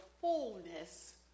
fullness